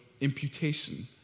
imputation